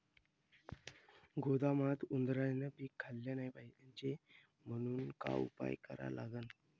गोदामात उंदरायनं पीक खाल्लं नाही पायजे म्हनून का उपाय करा लागन?